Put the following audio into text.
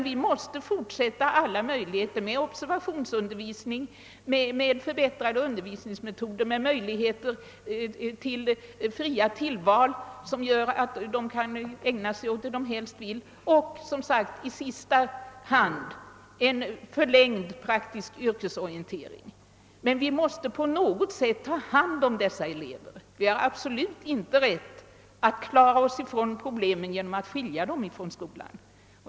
Vi måste ta till vara alla möjligheter med =: observationsundervisning, med förbättrade undervisningsmetoder, med möjligheter till fria tillval, varigenom de kan ägna sig åt det de helst vill, och, som sagt, i sista hand en förlängd praktisk yrkesorientering. Men på något sätt måste vi ta hand om dessa elever. Vi har absolut inte rätt att klara oss från problemet enbart genom att skilja dem från skolan.